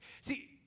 See